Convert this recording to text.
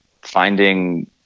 Finding